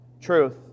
truth